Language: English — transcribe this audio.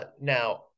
now